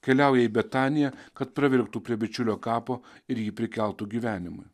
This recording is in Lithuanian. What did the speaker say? keliauja į betaniją kad pravirktų prie bičiulio kapo ir jį prikeltų gyvenimui